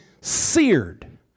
seared